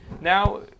Now